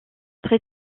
très